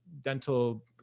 dental